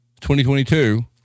2022